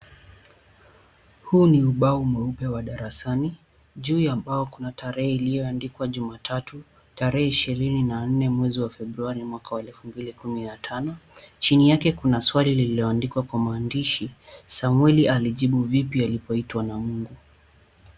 Huu ni ubao mweupe wa darasani. Juu ya ubao kuna tarehe iliyoandikwa jumatatu tarehe ushirini na nne mwezi wa Februari mwaka wa elfu mbili na kumi na tano. Chini yake kuna swali lililoandikwa kwa maandishi Samueli alijibu vipi alipoitwa na Mungu.